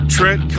Trent